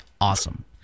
awesome